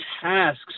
tasks